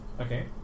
Okay